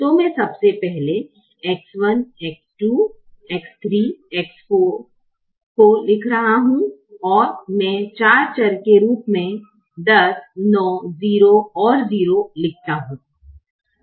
तो मैं सबसे पहले X1 X2 X3 X4 और लिख रहा हूं फिर मैं चार चर के ऊपर 10 9 0 और 0 लिखता हूं